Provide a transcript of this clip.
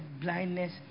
blindness